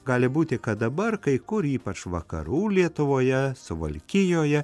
gali būti kad dabar kai kur ypač vakarų lietuvoje suvalkijoje